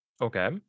okay